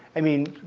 i mean,